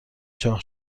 چاق